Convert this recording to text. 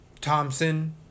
Thompson